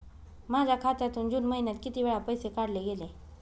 माझ्या खात्यातून जून महिन्यात किती वेळा पैसे काढले गेले?